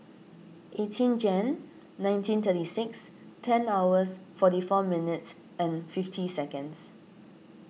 eighteen Jan nineteen thirty six ten hours forty four minutes and fifty seconds